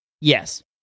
yes